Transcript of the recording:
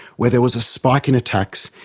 where there was a spike in attacks,